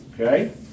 Okay